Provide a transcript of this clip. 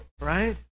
right